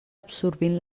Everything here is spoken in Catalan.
absorbint